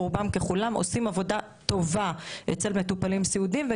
רובם ככולם עושים עבודה טובה אצל מטופלים סיעודיים,